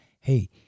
hey